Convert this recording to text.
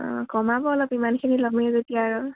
অঁ কমাব অলপ ইমানখিনি ল'মেই যেতিয়া আৰু